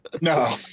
No